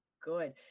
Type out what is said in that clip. good